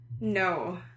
No